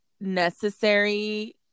necessary